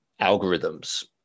algorithms